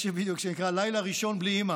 יש שיר שנקרא "לילה ראשון בלי אימא",